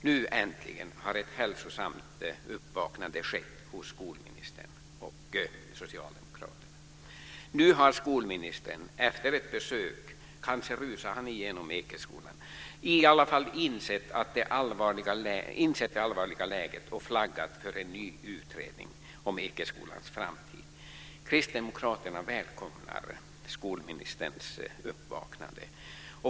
Nu har äntligen ett hälsosamt uppvaknande skett hos skolministern och Socialdemokraterna. Nu har skolministern efter ett besök - kanske han rusade igenom Ekeskolan - i alla fall insett det allvarliga läget och flaggat för en ny utredning om Ekeskolans framtid. Kristdemokraterna välkomnar skolministerns uppvaknande.